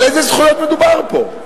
על איזה זכויות מדובר פה?